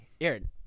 Aaron